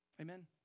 amen